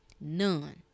none